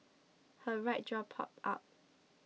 her right jaw popped out